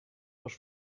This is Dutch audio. was